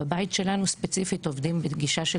בבית שלנו ספציפית עובדים בגישה של